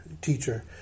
teacher